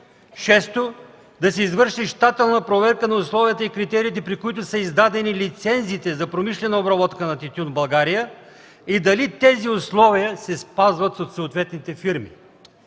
Шесто, да се извърши щателна проверка на условията и критериите, при които са издадени лицензите за промишлена обработка на тютюн в България и дали тези условия се спазват от съответните фирми.